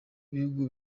b’ibihugu